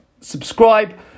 Subscribe